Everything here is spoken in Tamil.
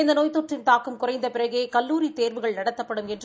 இந்த நோய் தொற்றின் தாக்கம் குறைந்த பிறகே கல்லூரி தேர்வுகள் நடத்தப்படும் என்று